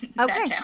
okay